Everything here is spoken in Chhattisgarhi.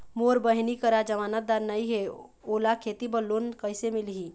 मोर बहिनी करा जमानतदार नई हे, ओला खेती बर लोन कइसे मिलही?